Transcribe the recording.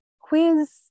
quiz